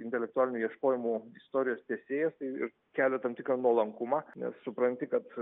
intelektualinių ieškojimų istorijos tęsėjas tai ir kelia tam tikrą nuolankumą nes supranti kad